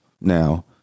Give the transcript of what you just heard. Now